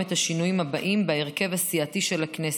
את השינויים הבאים בהרכב הסיעתי של הכנסת: